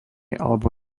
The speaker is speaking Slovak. alebo